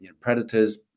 predators